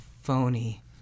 phony